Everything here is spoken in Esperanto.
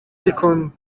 tikon